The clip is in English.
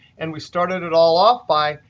and we started it all off by,